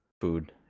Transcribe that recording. food